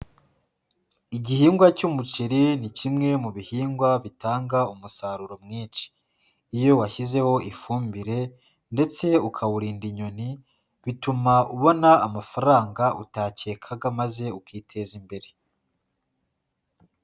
Igihingwa cy'umuceri ni kimwe mu bihingwa bitanga umusaruro mwinshi, iyo washyizeho ifumbire ndetse ukawurinda inyoni bituma ubona amafaranga utakekaga maze ukiteza imbere.